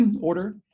order